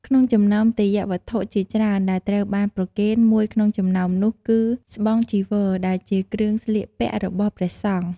ក្នុងចំណោមទេយ្យវត្ថុជាច្រើនដែលត្រូវបានប្រគេន មួយក្នុងចំណោមនោះគឺ ស្បង់ ចីវរ ដែលជាគ្រឿងស្លៀកពាក់របស់ព្រះសង្ឃ។